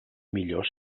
millor